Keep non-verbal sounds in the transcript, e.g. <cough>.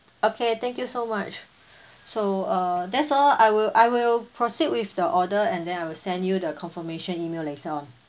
okay thank you so much <breath> so uh that's all I will I will proceed with the order and then I will send you the confirmation email later on